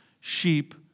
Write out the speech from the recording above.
sheep